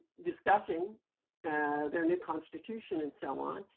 discussing their new constitution and so on,